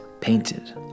painted